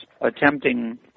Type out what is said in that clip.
attempting